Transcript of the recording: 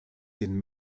den